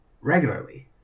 regularly